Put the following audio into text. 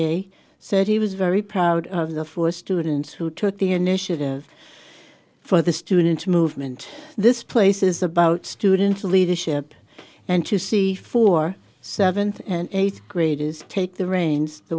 largely said he was very proud of the four students who took the initiative for the student movement this place is about student leadership and to see for seventh and eighth graders take the reins the